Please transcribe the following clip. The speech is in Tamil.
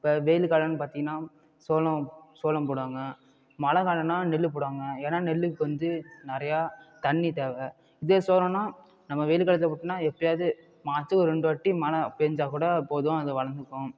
இப்போ வெயில் காலன்னு பார்த்திங்கன்னா சோளம் சோளம் போடுவாங்க மழ காலன்னா நெல் போடுவாங்க ஏன்னா நெல்லுக்கு வந்து நிறையா தண்ணி தேவை இதே சோளம்னா நம்ம வெயில் காலத்தில் போட்டோன்னா எப்பையாவது மாதத்துக்கு ஒரு ரெண்டு வாட்டி மழ பேஞ்சாக் கூட போதும் அது வளர்ந்துக்கும்